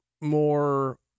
more